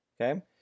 okay